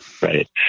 Right